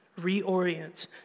reorient